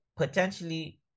Potentially